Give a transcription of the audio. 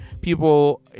people